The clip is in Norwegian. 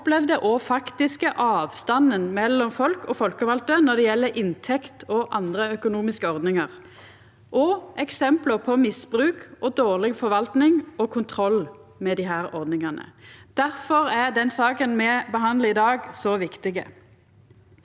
den opplevde og faktiske avstanden mellom folk og folkevalde når det gjeld inntekt og andre økonomiske ordningar, og eksempla på misbruk og dårleg forvalting og kontroll av desse ordningane. Difor er den saka me behandlar i dag, så viktig.